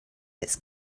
its